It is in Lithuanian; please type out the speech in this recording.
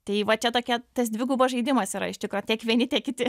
tai va čia tokia tas dvigubas žaidimas yra iš tikro tiek vieni tiek kiti